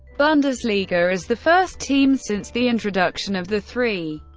bundesliga as the first team since the introduction of the three.